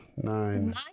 nine